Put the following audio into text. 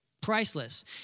Priceless